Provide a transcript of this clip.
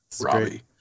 Robbie